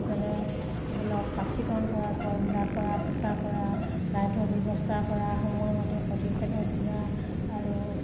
যেনে ধৰি লওক চাফ চিকুণ কৰা ঘৰবিলাক সৰা পোচা কৰা লাইটৰ ব্যৱস্থা কৰা সময়মতে প্ৰতিষেদক দিয়া আৰু